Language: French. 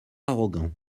arrogants